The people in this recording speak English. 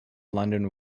london